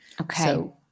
Okay